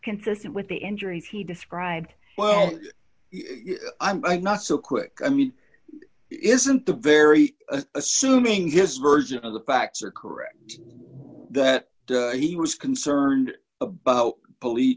consistent with the injuries he described well i'm not so quick i mean isn't the very assuming his version of the facts are correct that he was concerned about police